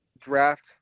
draft